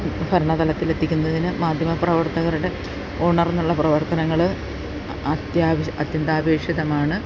ഭരണതലത്തിൽ എത്തിക്കുന്നതിന് മാധ്യമ പ്രവർത്തകരുടെ ഉണർന്നുള്ള പ്രവർത്തനങ്ങൾ അത്യാവശ്യ അത്യന്താപേക്ഷിതമാണ്